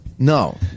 No